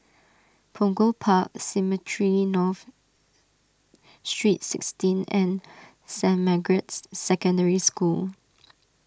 Punggol Park Cemetry North Street sixteen and Saint Margaret's Secondary School